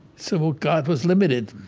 so, well, god was limited